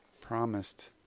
promised